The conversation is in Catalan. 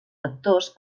factors